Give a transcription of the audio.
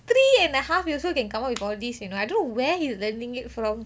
three and a half years old can come up with all these you know I don't know where he's learning it from